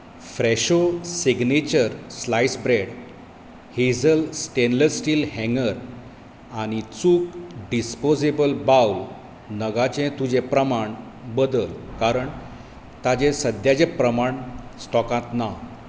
फ्रॅशो signature sliced bread Hazel stainless steel हँगर आनी चुक डिस्पोजेबल बावल नगांचें तुजें प्रमाण बदल कारण तांचे सद्याचे प्रमाण स्टॉकांत ना